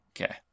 Okay